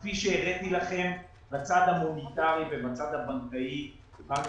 כפי שהראיתי לכם בצד המוניטרי ובצד הבנקאי בנק